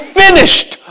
finished